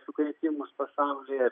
sukrėtimus pasaulyje